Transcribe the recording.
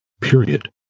period